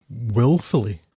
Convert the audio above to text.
willfully